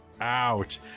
out